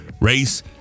race